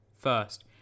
First